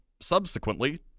subsequently